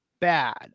bad